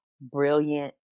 brilliant